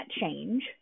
change